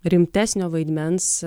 rimtesnio vaidmens